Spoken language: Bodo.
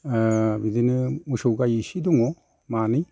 बिदिनो मोसौ गाय एसे दङ मानै